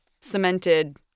cemented